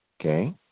Okay